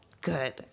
good